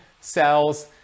cells